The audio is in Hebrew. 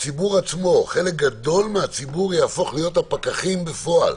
חלק גדול מהציבור יהפוך להיות הפקחים בפועל.